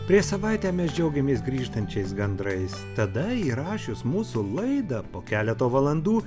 prieš savaitę mes džiaugėmės grįžtančiais gandrais tada įrašius mūsų laidą po keleto valandų